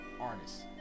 artists